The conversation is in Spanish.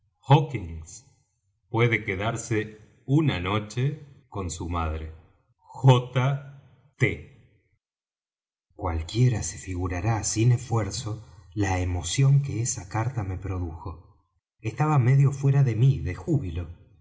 puede quedarse una noche con su madre j t cualquiera se figurará sin esfuerzo la emoción que esa carta me produjo estaba medio fuera de mí de júbilo